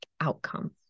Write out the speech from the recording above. outcome